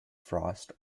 frost